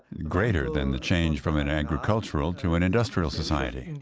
greater than the change from an agricultural to an industrial society and